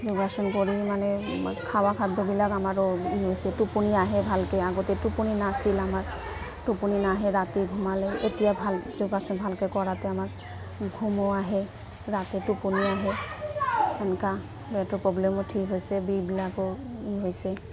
যোগাসন কৰি মানে খাৱা খাদ্যবিলাক আমাৰো ই হৈছে টোপনি আহে ভালকৈ আগতে টোপনি নাছিল আমাৰ টোপনি নাহে ৰাতি ঘোমালে এতিয়া ভাল যোগাসন ভালকৈ কৰাতে আমাৰ ঘুমো আহে ৰাতি টোপনি আহে সেনকা পেটৰ প্ৰব্লেমো ঠিক হৈছে বিষবিলাকো ই হৈছে